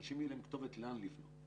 שלאנשים תהיה כתובת וידעו לאן לפנות.